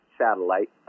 satellite